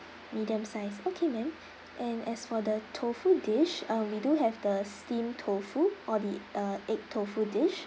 medium size okay ma'am and as for the tofu dish uh we do have the steamed tofu or the uh egg tofu dish